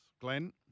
Glenn